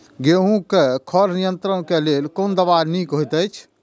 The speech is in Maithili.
गेहूँ क खर नियंत्रण क लेल कोन दवा निक होयत अछि?